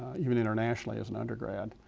even internationally as an undergrad.